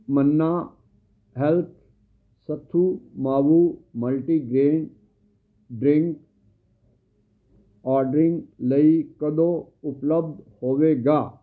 ਮੰਨਾ health Sathu Maavu multigrain drink ordering ਲਈ ਕਦੋਂ ਉਪਲੱਬਧ ਹੋਵੇਗਾ